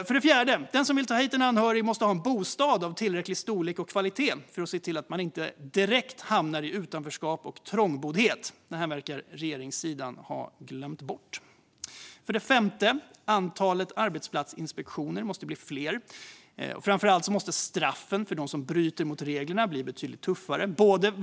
För det fjärde måste den som vill ta hit en anhörig ha en bostad av tillräcklig storlek och kvalitet för att se till att man inte direkt hamnar i utanförskap och trångboddhet. Detta verkar regeringssidan ha glömt bort. För det femte måste antalet arbetsplatsinspektioner bli större, och framför allt måste straffen för dem som bryter mot reglerna bli betydligt tuffare.